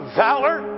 valor